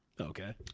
Okay